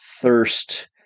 thirst